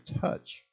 touch